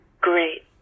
Great